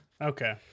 Okay